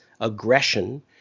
aggression